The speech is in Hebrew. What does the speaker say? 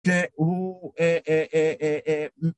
גאו...אההה....